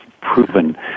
proven